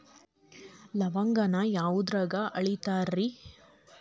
ಲವಂಗಾನ ಯಾವುದ್ರಾಗ ಅಳಿತಾರ್ ರೇ?